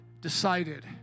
decided